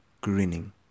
grinning